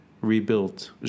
rebuilt